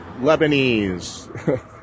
Lebanese